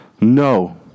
No